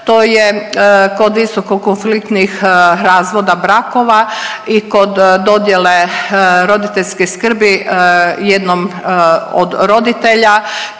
to je kod visoko konfliktnih razvoda brakova i kod dodjele roditeljske skrbi jednom od roditelja,